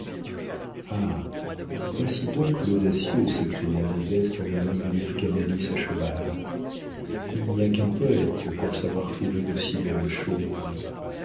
voici donc l'audacieux s'écria modeste en voyant venir canalis à cheval il n'y a qu'un poëte pour savoir trouver de si belles choses